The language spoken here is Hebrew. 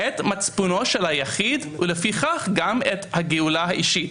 את מצפונו של היחיד ולפיכך גם את הגאולה האישית,